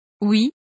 Oui